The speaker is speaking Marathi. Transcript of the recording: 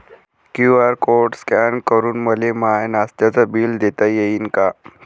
क्यू.आर कोड स्कॅन करून मले माय नास्त्याच बिल देता येईन का?